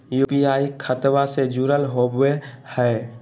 UPI खतबा से जुरल होवे हय?